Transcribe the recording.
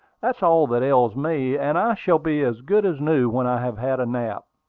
that's all that ails me and i shall be as good as new when i have had a nap.